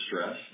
stress